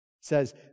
says